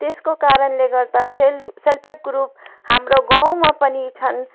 त्यसको कारणले गर्दा सेल्फ सेल्फहेल्प ग्रुप हाम्रो गाउँमा पनि छन्